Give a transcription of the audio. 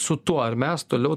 su tuo ar mes toliau